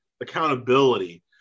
accountability